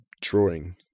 drawing